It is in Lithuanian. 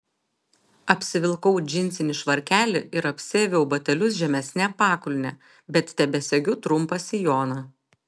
apsivilkau džinsinį švarkelį ir apsiaviau batelius žemesne pakulne bet tebesegiu trumpą sijoną